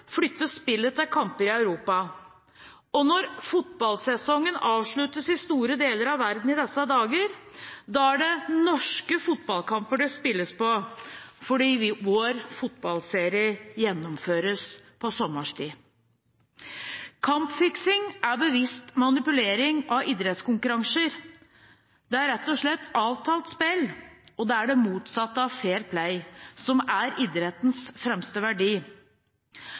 flyttes spillet til kamper i Europa. Og når fotballsesongen avsluttes i store deler av verden i disse dager, er det norske fotballkamper det spilles på, fordi vår fotballserie gjennomføres sommerstid. Kampfiksing er bevisst manipulering av idrettskonkurranser. Det er rett og slett avtalt spill, og det er det motsatte av fair play, som er idrettens fremste verdi.